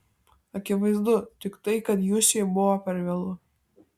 akivaizdu tik tai kad jusiui buvo per vėlu